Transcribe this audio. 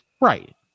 right